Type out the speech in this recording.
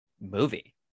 movie